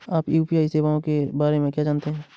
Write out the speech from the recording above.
आप यू.पी.आई सेवाओं के बारे में क्या जानते हैं?